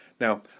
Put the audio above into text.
Now